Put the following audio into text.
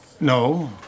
No